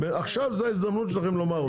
עכשיו זו ההזדמנות שלכם לומר אותם.